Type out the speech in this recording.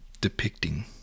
depicting